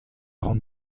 ran